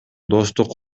достук